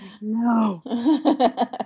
No